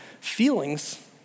Feelings